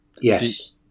Yes